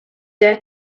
dare